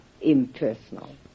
impersonal